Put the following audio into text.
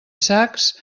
sacs